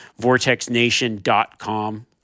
vortexnation.com